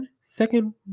Second